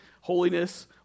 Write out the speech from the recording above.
holiness